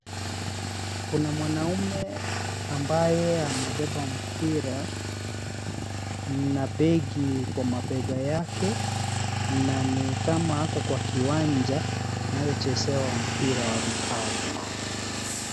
Kuna mwanamume ambaye amebeba mpira na begi kwa mabega yake na ni kama ako kwa kiwanja inayochezewa mpira wa vikapu.